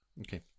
Okay